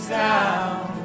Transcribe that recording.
down